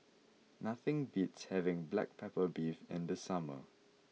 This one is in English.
nothing beats having Black Pepper Beef in the summer